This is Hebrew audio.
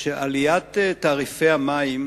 שלפיו עליית תעריפי המים